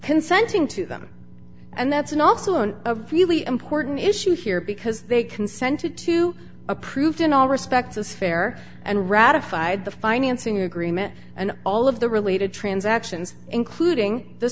consenting to them and that's also a really important issue here because they consented to approved in all respects as fair and ratified the financing agreement and all of the related transactions including the